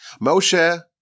Moshe